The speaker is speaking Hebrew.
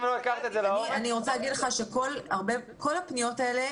אם לא הכרת את זה לעומק --- אני רוצה להגיד לך שכל הפניות האלה,